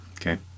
okay